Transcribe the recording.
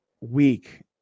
week